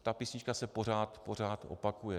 Ta písnička se pořád, pořád opakuje.